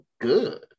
good